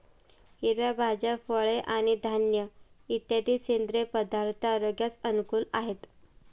हिरव्या भाज्या, फळे आणि धान्य इत्यादी सेंद्रिय पदार्थ आरोग्यास अनुकूल आहेत